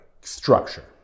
structure